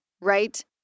right